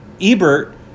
Ebert